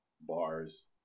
bars